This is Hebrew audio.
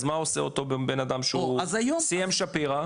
אז מה עושה הבן אדם שסיים שפירא?